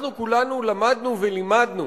אנחנו כולנו למדנו ולימדנו